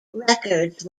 records